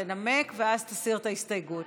תנמק ואז תסיר את ההסתייגות.